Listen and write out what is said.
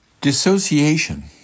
Dissociation